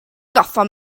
gorfod